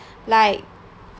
like